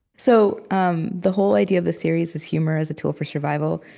so um the whole idea of this series is humor as a tool for survival.